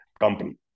company